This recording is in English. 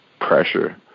pressure